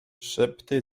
szepty